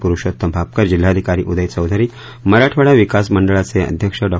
प्रुषोत्तम भापकर जिल्हाधिकारी उदय चौधरी मराठवाडा विकास मंडळाचे अध्यक्ष डॉ